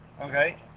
okay